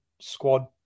squad